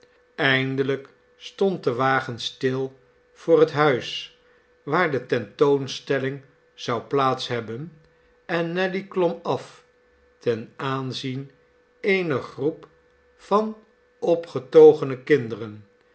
eindelijk stond de wagen stil voor het huis waar de tentoonstelling zou plaats hebben en nelly klom af ten aanzien eener groep van opgetogene kinderen